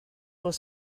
oss